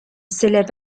s’élève